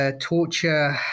torture